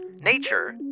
Nature